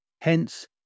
Hence